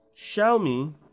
Xiaomi